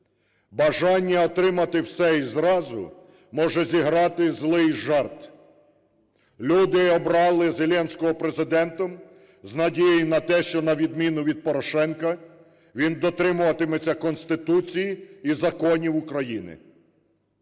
Бажання отримати все і зразу може зіграти злий жарт. Люди обрали Зеленського Президентом з надією на те, що, на відміну від Порошенка, він дотримуватиметься Конституції і законів України.